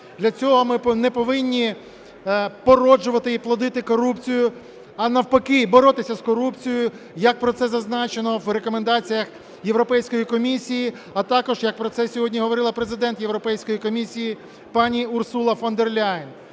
Для цього ми не повинні породжувати і плодити корупцію, а навпаки, боротися з корупцією, як про це зазначено в рекомендаціях Європейської комісії, а також як про це сьогодні говорила Президент Європейської комісії пані Урсула фон дер Ляєн.